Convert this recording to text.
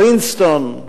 פרינסטון,